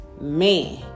man